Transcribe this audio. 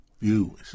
view